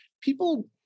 people